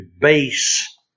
base